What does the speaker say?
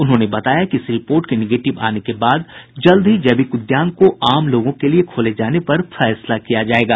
उन्होंने बताया कि इस रिपोर्ट के निगेटिव आने के बाद जल्द ही जैविक उद्यान को आम लोगों के लिए खोले जाने पर फैसला किया जायेगा